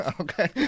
Okay